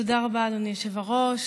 תודה רבה, אדוני היושב-ראש.